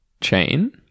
chain